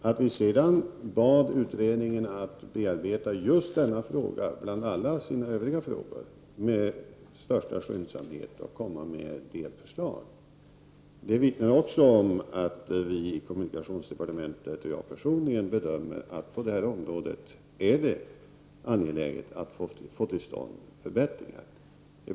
Att vi sedan bad utredningen att bearbeta just denna fråga, bland alla de övriga frågorna, med största skyndsamhet och komma med förslag, vittnar också om att vi i kommunikationsdepartementet och jag personligen bedömer att det på detta område är angeläget att få till stånd förbättringar.